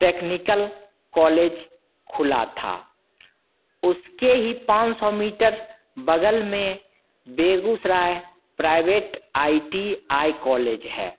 technical college खुला था उसके ही पाँच सौ मीटर बगल में Begusarai private I T I college है